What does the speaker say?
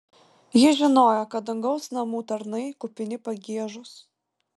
ji žinojo kad dangaus namų tarnai kupini pagiežos